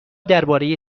درباره